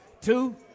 Two